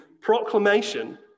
proclamation